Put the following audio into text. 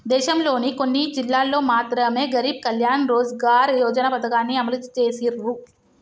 దేశంలోని కొన్ని జిల్లాల్లో మాత్రమె గరీబ్ కళ్యాణ్ రోజ్గార్ యోజన పథకాన్ని అమలు చేసిర్రు